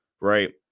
right